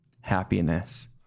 happiness